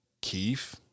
Keith